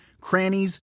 crannies